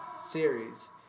series